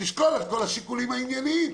תשקול את כל השיקולים העניינים,